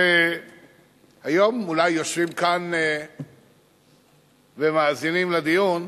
שהיום אולי יושבים כאן ומאזינים לדיון,